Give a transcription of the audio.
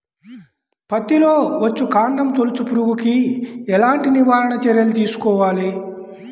పత్తిలో వచ్చుకాండం తొలుచు పురుగుకి ఎలాంటి నివారణ చర్యలు తీసుకోవాలి?